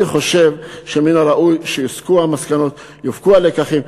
אני חושב שמן הראוי שיוסקו המסקנות, יופקו הלקחים.